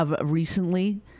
recently